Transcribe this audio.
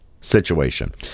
situation